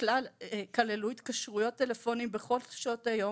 כללו התקשרויות טלפוניות בכל שעות היום